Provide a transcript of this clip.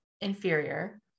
inferior